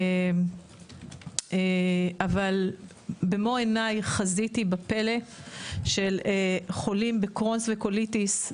אבל במו עיניי חזיתי בפלא של חולים בקרוהן וקוליטיס,